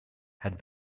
had